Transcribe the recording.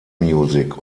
music